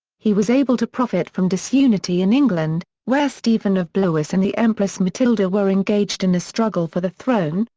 he was able to profit from disunity in england, where stephen of blois and the empress matilda were engaged in a struggle for the throne,